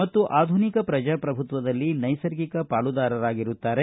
ಮತ್ತು ಆಧುನಿಕ ಪ್ರಜಾಪ್ರಭುತ್ವದಲ್ಲಿ ನೈಸರ್ಗಿಕ ಪಾಲುದಾರರಾಗಿರುತ್ತಾರೆ